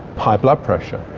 high blood pressure,